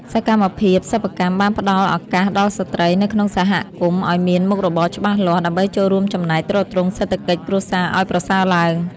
សកម្មភាពសិប្បកម្មបានផ្ដល់ឱកាសដល់ស្ត្រីនៅក្នុងសហគមន៍ឱ្យមានមុខរបរច្បាស់លាស់ ដើម្បីចូលរួមចំណែកទ្រទ្រង់សេដ្ឋកិច្ចគ្រួសារឱ្យប្រសើរឡើង។